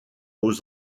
aux